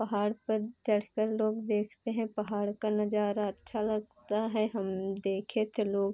पहाड़ पर चढ़कर लोग देखते हैं पहाड़ का नज़ारा अच्छा लगता है हम देखे तो लोग